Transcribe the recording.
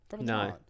No